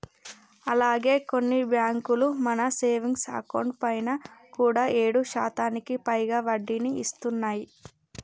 అలాగే కొన్ని బ్యాంకులు మన సేవింగ్స్ అకౌంట్ పైన కూడా ఏడు శాతానికి పైగా వడ్డీని ఇస్తున్నాయి